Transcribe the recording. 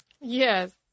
Yes